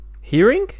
hearing